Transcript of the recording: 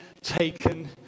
taken